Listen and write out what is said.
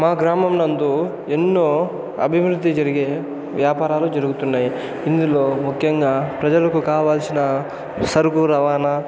మా గ్రామం నందు ఎన్నో అభివృద్ధి జరిగే వ్యాపారాలు జరుగుతున్నాయ్ ఇందులో ముఖ్యంగా ప్రజలకు కావాల్సిన సరుకు రవాణ